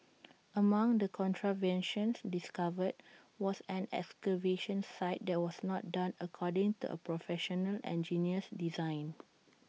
among the contraventions discovered was an excavation site that was not done according to A Professional Engineer's design